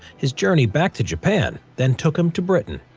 his journey back to japan then took him to britain.